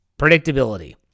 Predictability